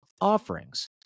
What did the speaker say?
offerings